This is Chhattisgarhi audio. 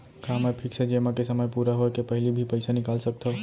का मैं फिक्स जेमा के समय पूरा होय के पहिली भी पइसा निकाल सकथव?